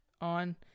on